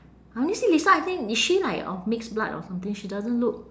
I only see lisa I think is she like of mixed blood or something she doesn't look